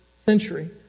century